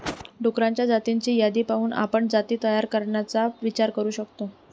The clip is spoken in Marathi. डुक्करांच्या जातींची यादी पाहून आपण जाती तयार करण्याचा विचार करू शकतो